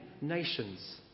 nations